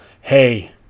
hey